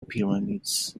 pyramids